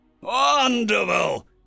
Wonderful